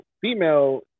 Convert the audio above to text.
female